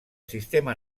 sistema